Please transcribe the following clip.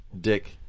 Dick